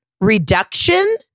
reduction